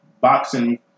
boxing